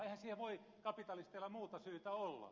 eihän siihen voi kapitalisteilla muuta syytä olla